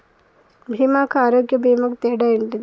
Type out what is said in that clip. బీమా కు ఆరోగ్య బీమా కు తేడా ఏంటిది?